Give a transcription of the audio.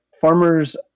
Farmers